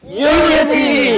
Unity